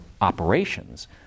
operations